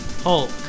Hulk